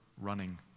running